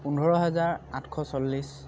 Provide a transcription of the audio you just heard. পোন্ধৰ হাজাৰ আঠশ চল্লিছ